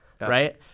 right